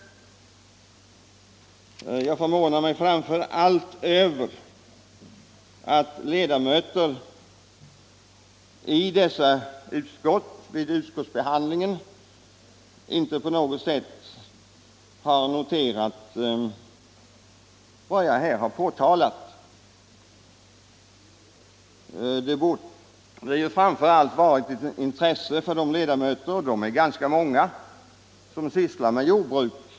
Jag förvånar mig över att ledamöterna i dessa utskott vid utskottsbehandlingen inte på något sätt har noterat vad jag här har påtalat. Det borde framför allt vara ett intresse för de ledamöter — och de är ganska många — som sysslar med jordbruk.